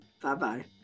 Bye-bye